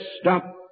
stop